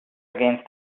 against